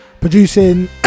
producing